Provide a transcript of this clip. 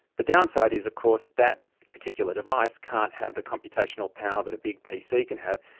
the downside is of course that particular device can't have the computational power that a big pc can have,